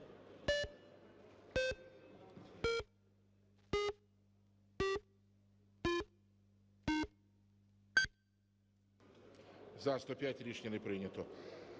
За-105 Рішення не прийнято.